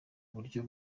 uburyo